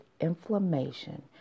inflammation